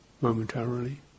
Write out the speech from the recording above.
momentarily